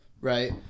right